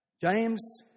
James